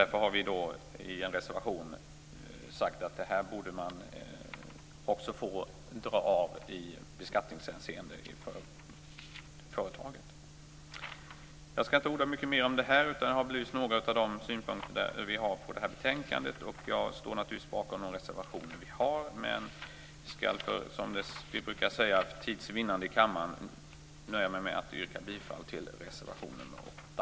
Därför har vi i en reservation sagt att detta borde man kunna få dra av i beskattningshänseende för företaget. Jag skall inte orda mer om detta. Jag har belyst några av de synpunkter vi har på det här betänkandet. Jag står naturligtvis bakom de reservationer vi har. Men jag skall, som vi brukar säga, för tids vinnande i kammaren nöja mig med att yrka bifall till reservation nr 8.